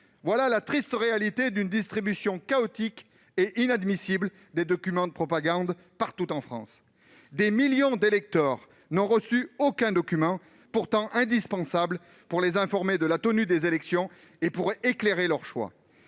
voilà la triste réalité d'une distribution chaotique et inadmissible des documents de propagande partout en France. Des millions d'électeurs n'ont reçu aucun des documents, pourtant indispensables pour les informer de la tenue des élections et pour éclairer leur choix.